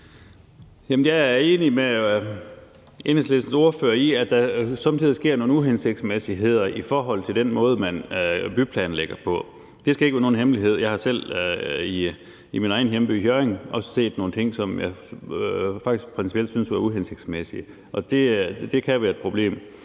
jeg er enig med Enhedslistens ordfører i, at der somme tider sker nogle uhensigtsmæssigheder i forhold til den måde, man byplanlægger på; det skal ikke være nogen hemmelighed. Jeg har selv i min egen hjemby, Hjørring, set nogle ting, som jeg faktisk principielt syntes var uhensigtsmæssige, og det kan være et problem.